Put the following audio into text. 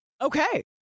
Okay